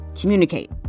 Communicate